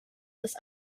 das